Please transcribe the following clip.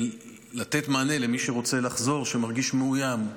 לתת מענה למי שרוצה לחזור, שמרגיש מאוים,